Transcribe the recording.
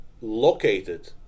located